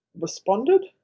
responded